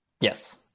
Yes